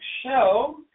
show